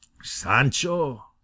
Sancho